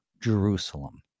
Jerusalem